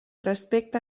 respecte